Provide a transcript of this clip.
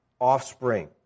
offspring